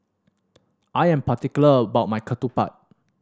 I am particular about my ketupat